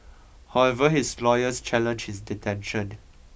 however his lawyers challenged his detention